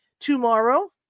Tomorrow